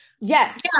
Yes